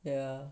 yeah